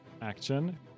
action